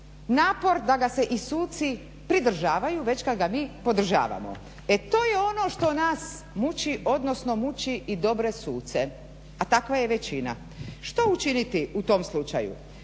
napor da ga se i suci pridržavaju već kad ga mi podržavamo. E to je ono što nas muči, odnosno muči i dobre suce, a takva je većina. Što učiniti u tom slučaju?